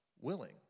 willing